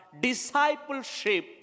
discipleship